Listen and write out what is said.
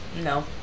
no